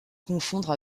confondre